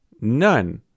None